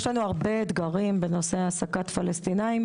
יש לנו הרבה אתגרים בנושא העסקת פלשתינאים